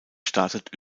startet